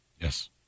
Yes